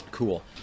Cool